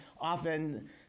often